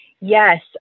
Yes